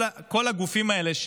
כל הגופים האלה,